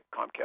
Comcast